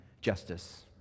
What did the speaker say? justice